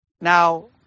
Now